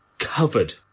covered